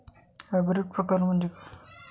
Hybrid प्रकार म्हणजे काय?